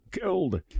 Killed